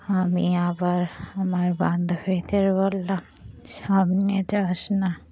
আমি আবার আমার বান্ধবীদের বললাম সামনে যাস না